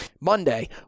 Monday